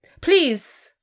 Please